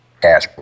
cash